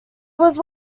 was